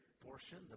portion